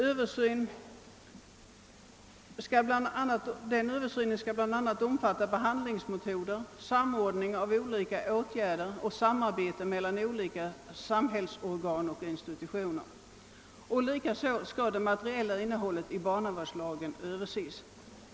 Denna översyn skall omfatta bl.a. behandlingsmetoder, samordning av olika åtgärder och samarbete mellan olika samhällsorgan och institutioner. Likaså skall det materiella innehållet i barnavårdslagen ses över.